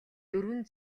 дөрвөн